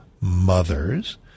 mothers